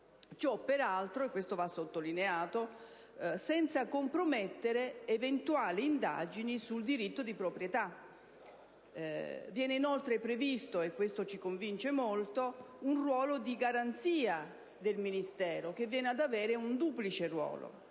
Ciò peraltro - questo va sottolineato - senza compromettere eventuali indagini sul diritto di proprietà. Viene inoltre previsto - e questo ci convince molto - un ruolo di garanzia del Ministero, che viene ad avere un duplice ruolo.